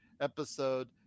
episode